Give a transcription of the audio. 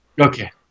Okay